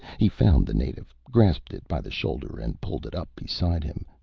he found the native, grasped it by the shoulder and pulled it up beside him.